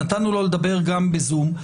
נתנו לו לדבר גם בזום.